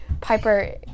Piper